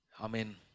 amen